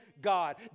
God